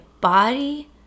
body